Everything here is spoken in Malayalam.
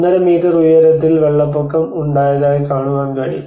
5 മീറ്റർ ഉയരത്തിൽ വെള്ളപ്പൊക്കം ഉണ്ടായതായി കാണുവാൻ കഴിയും